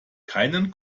keinen